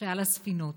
שעל הספינות.